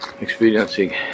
experiencing